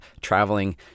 traveling